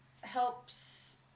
helps